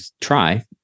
try